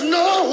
no